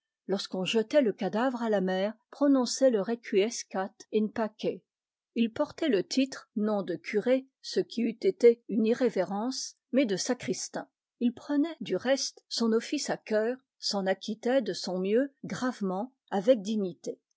lorsqu'on jetait le cadavre à la mer prononçait le requiescat in pace il portait le titre non de curé ce qui eût été une irrévérence mais de sacristain il prenait du reste son office à cœur s'en acquittait de son mieux gravement avec dignité